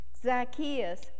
Zacchaeus